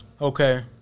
Okay